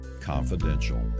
confidential